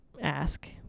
ask